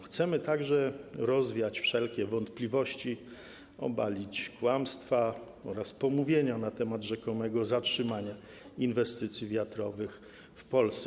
Chcemy także rozwiać wszelkie wątpliwości, obalić kłamstwa oraz pomówienia na temat rzekomego zatrzymania inwestycji wiatrowych w Polsce.